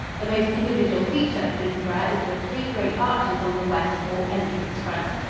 the most individual feature of peterborough is the three great arches on the west, or entrance, front.